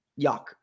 yuck